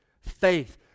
faith